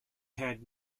had